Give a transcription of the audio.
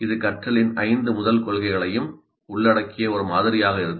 இது கற்றலின் ஐந்து முதல் கொள்கைகளையும் உள்ளடக்கிய ஒரு மாதிரியாக இருக்கும்